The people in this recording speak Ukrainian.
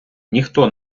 ніхто